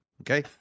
okay